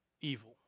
Evil